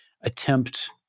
attempt